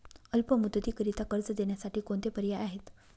अल्प मुदतीकरीता कर्ज देण्यासाठी कोणते पर्याय आहेत?